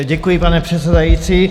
Děkuji, pane předsedající.